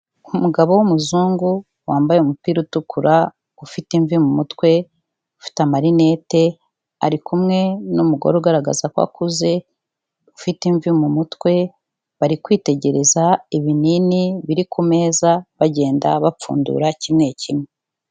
Umugabo w'umuzungu wambaye umupira utukura, ufite imvi mu mutwe ufite amarinete, ari kumwe n'umugore ugaragaza ko akuze ufite imvi mu mutwe, bari kwitegereza ibinini biri ku meza bagenda bapfundura kimwe kimwe.